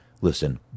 listen